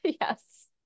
Yes